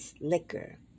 liquor